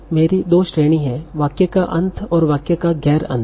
तो यह मेरी दो श्रेणी हैं वाक्य का अंत और वाक्य का गैर अंत